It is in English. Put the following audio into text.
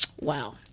wow